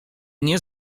nie